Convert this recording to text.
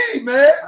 man